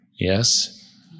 Yes